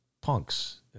punks